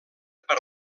per